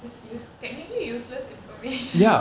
this seems technically useless information